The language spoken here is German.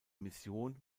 mission